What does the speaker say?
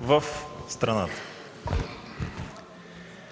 в страната.